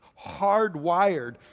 hardwired